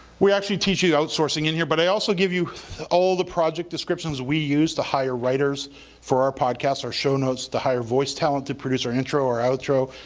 we actually teach you outsourcing in here but i also give you all the project descriptions we use to hire writers for our podcasts, our show notes to hire voice talent to produce our intro or outro,